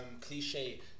cliche